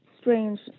strange